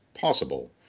possible